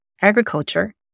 agriculture